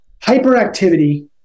hyperactivity